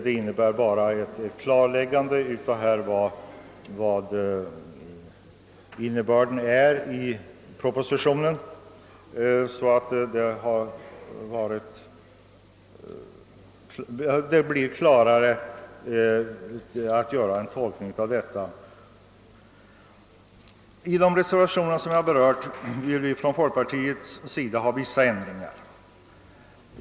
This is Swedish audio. Det innebär bara ett klarläggande av innebörden i propositionen, så att det blir klarare hur den skall tolkas på denna punkt. De reservationer som jag har berört innebär, att vi från folkpartiets sida vill ha vissa ändringar i utskottsförslaget.